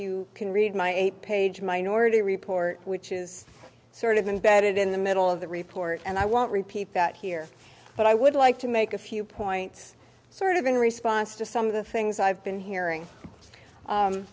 you can read my eight page minority report which is sort of imbedded in the middle of the report and i won't repeat that here but i would like to make a few points sort of in response to some of the things i've been hearing